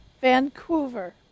vancouver